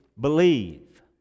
believe